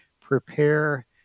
prepare